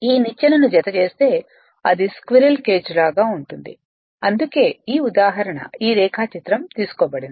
ఈ నిచ్చెనను జతచేస్తే అది స్క్విరెల్ కేజ్ లాగా ఉంటుంది అందుకే ఈ ఉదాహరణ ఈ రేఖాచిత్రం తీసుకోబడింది